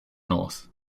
north